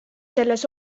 selles